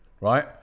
right